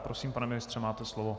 Prosím, pane ministře, máte slovo.